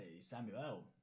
Samuel